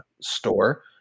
store